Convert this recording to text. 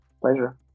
Pleasure